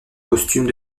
costume